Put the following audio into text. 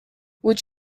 would